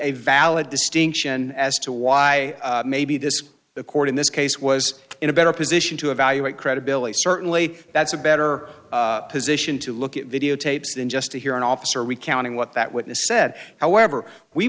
a valid distinction as to why maybe this the court in this case was in a better position to evaluate credibility certainly that's a better position to look at videotapes than just to hear an officer recounting what that witness said however we